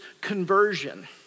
conversion